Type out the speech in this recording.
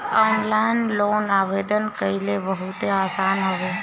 online loan आवेदन कईल बहुते आसान हवे